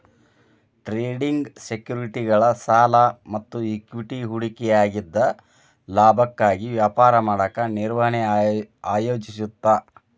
trading ಸೆಕ್ಯುರಿಟಿಗಳ ಸಾಲ ಮತ್ತ ಇಕ್ವಿಟಿ ಹೂಡಿಕೆಯಾಗಿದ್ದ ಲಾಭಕ್ಕಾಗಿ ವ್ಯಾಪಾರ ಮಾಡಕ ನಿರ್ವಹಣೆ ಯೋಜಿಸುತ್ತ